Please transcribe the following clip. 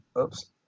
oops